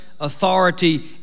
authority